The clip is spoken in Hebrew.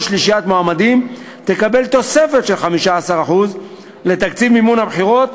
שלישיית מועמדים תקבל תוספת של 15% לתקציב מימון הבחירות